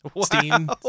steam